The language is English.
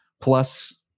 plus